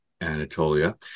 Anatolia